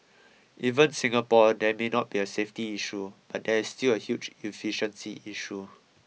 even Singapore there may not be a safety issue but there is still a huge efficiency issue